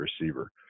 receiver